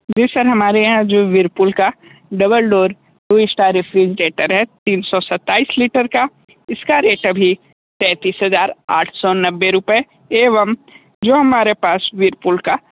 जी sir हमारे यहाँ जो व्हर्लपूल का double door two star refrigerator तीन सौ सत्ताईस लीटर का इसका रेट अभी पैतीस हज़ार आठ सौ नब्बे रुपये एवं जो हमारे पास व्हर्लपूल का